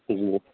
جی